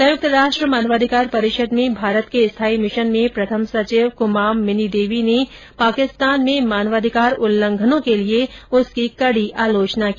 संयुक्त राष्ट्र मानवाधिकार परिषद में भारत के स्थाई मिशन में प्रथम सचिव कुमाम मिनी देवी ने पाकिस्तान में मानवाधिकार उल्लंघनों के लिए उसकी कड़ी आलोचना की